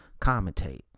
commentate